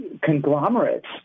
conglomerates